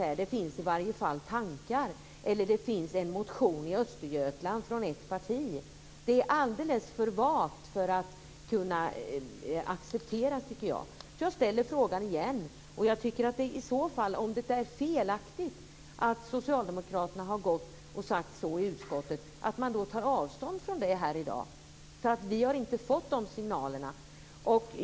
Nu säger Conny Öhman att det i varje fall finns en motion i Östergötland från ett parti. Jag ställer frågan igen. Om det är felaktigt att Socialdemokraterna har sagt så i utskottet borde man ta avstånd från det här i dag. Vi har inte fått de signalerna.